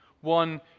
One